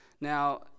Now